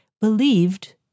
believed